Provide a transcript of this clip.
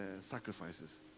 sacrifices